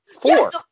Four